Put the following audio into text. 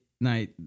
night